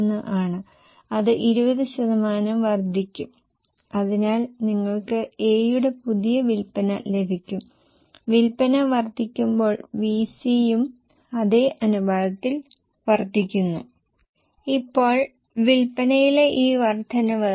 1 ആണ് എന്നാൽ 12 ശതമാനം ചെലവ് വർദ്ധിക്കാനുള്ള സാധ്യത അസംസ്കൃത വസ്തുക്കളുടെ വിലയിലാണ് അതിനുള്ള ചെലവ് 10 ശതമാനത്തിൽ നിന്ന് 12 ശതമാനമായി വർദ്ധിക്കും